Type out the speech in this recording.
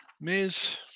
Miz